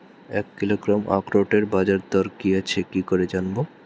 এক কিলোগ্রাম আখরোটের বাজারদর কি আছে কি করে জানবো?